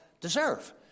deserve